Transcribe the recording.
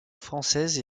française